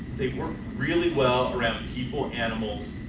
they work really well around people, animals,